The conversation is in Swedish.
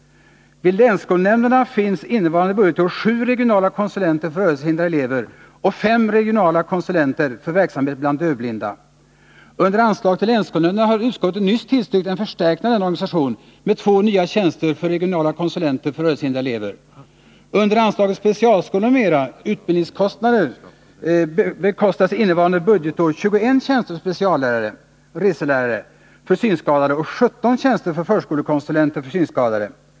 Vid länsskolnämnderna finns innevarande budgetår sju regionala konsulenter för rörelsehindrade elever och fem regionala konsulenter för verksamhet bland dövblinda. Under anslaget till länsskolnämnderna har utskottet nyss tillstyrkt en förstärkning av denna organisation med två nya tjänster för regionala konsulenter för rörelsehindrade elever. Under anslaget Specialskolan m.m.: Utbildningskostnader bekostas innevarande budgetår 21 tjänster för speciallärare för synskadade och 17 tjänster för förskolekonsulenter för synskadade.